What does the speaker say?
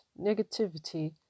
negativity